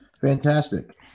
Fantastic